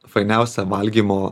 fainiausia valgymo